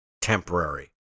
temporary